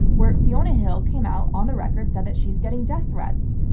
where fiona hill came out on the record, said that she's getting death threats.